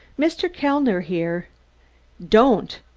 mr. kellner here don't!